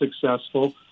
successful